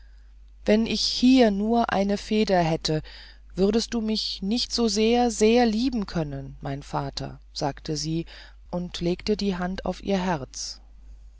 wenn ich hier nur eine feder hätte würde ich dich nicht so sehr so sehr lieben können mein vater sagte sie und legte die hand auf ihr herz